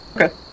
okay